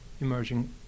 emerging